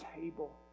table